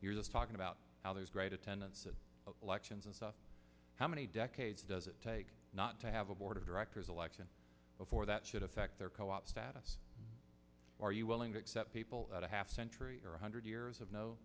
you're talking about how there's great attendance at elections of how many decades does it take not to have a board of directors election before that should affect their co op status are you willing to accept people at a half century or a hundred years of no